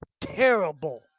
terrible